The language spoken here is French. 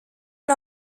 l’a